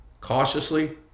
cautiously